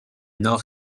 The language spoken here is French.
nord